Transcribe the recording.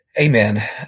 Amen